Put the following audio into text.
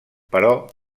però